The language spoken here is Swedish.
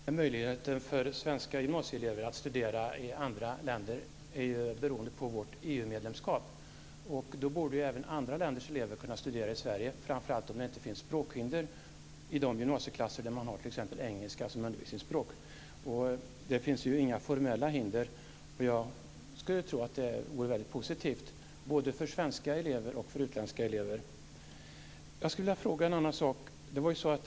Fru talman! Möjligheten för svenska gymnasieelever att studera i andra länder är ju beroende på vårt EU-medlemskap, och då borde även andra länders elever kunna studera i Sverige, framför allt om det inte finns språkhinder. Det finns ju gymnasieklasser där man har t.ex. engelska som undervisningsspråk. Det finns inga formella hinder, och jag tror att det vore oerhört positivt, både för svenska elever och för utländska elever. Jag vill fråga en annan sak.